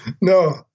No